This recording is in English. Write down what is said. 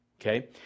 okay